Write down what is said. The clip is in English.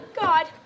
God